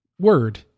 Word